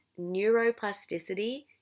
neuroplasticity